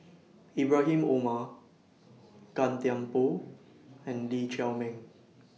Ibrahim Omar Gan Thiam Poh and Lee Chiaw Meng